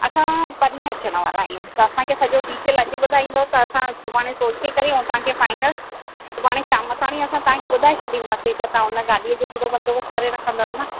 असां परींहं अचण वारा आहियूं त असांखे सॼो डिटेल अॼु ॿुधाईंदव त असां सुभाणे सोचे करे ऐं तव्हांखे फाइनल सुभाणे शाम ताईं असां तव्हांखे ॿुधाए छॾींदासीं त तव्हां उन गाॾीअ जो बंदोबस्तु करे रखंदव न